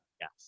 Yes